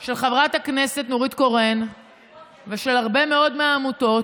של חברת הכנסת נורית קורן ושל הרבה מאוד מהעמותות